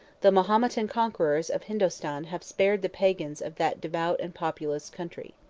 the mahometan conquerors of hindostan have spared the pagods of that devout and populous country.